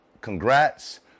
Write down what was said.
congrats